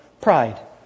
pride